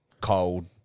cold